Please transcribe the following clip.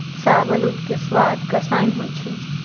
शाहबलूत के सवाद कसाइन्न होइ छइ